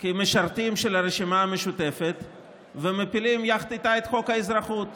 כמשרתות של הרשימה המשותפת ומפילות יחד איתה את חוק האזרחות.